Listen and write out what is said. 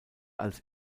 als